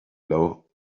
blow